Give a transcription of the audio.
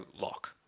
lock